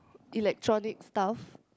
electronic stuff